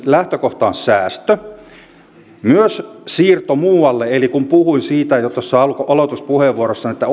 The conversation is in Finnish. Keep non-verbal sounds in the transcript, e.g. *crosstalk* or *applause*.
lähtökohta on säästö myös siirto muualle eli kun puhuin siitä jo tuossa aloituspuheenvuorossani että *unintelligible*